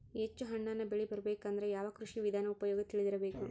ಹೆಚ್ಚು ಹಣ್ಣನ್ನ ಬೆಳಿ ಬರಬೇಕು ಅಂದ್ರ ಯಾವ ಕೃಷಿ ವಿಧಾನ ಉಪಯೋಗ ತಿಳಿದಿರಬೇಕು?